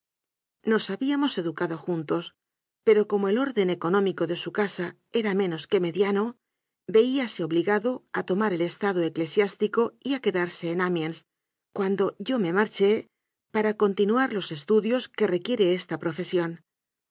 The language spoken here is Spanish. nos habíamos educado juntos pero como el orden económico de su casa era menos que mediano veíase obligado a tomar el estado eclesiástico y a quedarse en amienscuando yo me marché para continuar los estudios que requiere esta